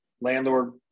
landlord